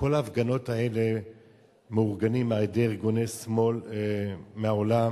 שכל ההפגנות האלה מאורגנות על-ידי ארגוני שמאל מהעולם,